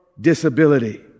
disability